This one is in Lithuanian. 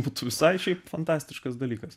būtų visai šiaip fantastiškas dalykas